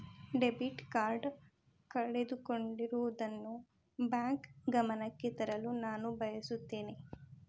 debit card ಕಳೆದುಕೊಂಡಿರುವುದನ್ನು bank ಗಮನಕ್ಕೆ ತರಲು ನಾನು ಬಯಸುತ್ತೇನೆ